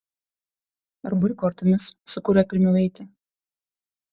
ar buri kortomis su kuriuo pirmiau eiti